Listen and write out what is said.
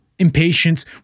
Impatience